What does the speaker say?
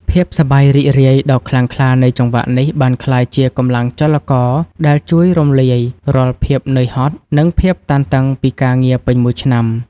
ភាពសប្បាយរីករាយដ៏ខ្លាំងក្លានៃចង្វាក់នេះ បានក្លាយជាកម្លាំងចលករដែលជួយរំលាយរាល់ភាពនឿយហត់ និងភាពតានតឹងពីការងារពេញមួយឆ្នាំ។